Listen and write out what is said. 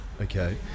Okay